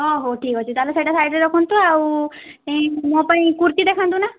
ହ ହେଉ ଠିକ୍ ଅଛି ତା'ହେଲେ ସେଇଟା ସାଇଡ଼ରେ ରଖନ୍ତୁ ଆଉ ମୋ ପାଇଁ କୁର୍ତ୍ତୀ ଦେଖାନ୍ତୁ ନା